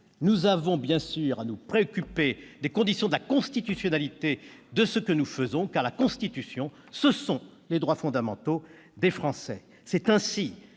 Nous avons bien sûr à nous préoccuper de la constitutionnalité de ce que nous votons, car, la Constitution, ce sont les droits fondamentaux des Français. C'est ainsi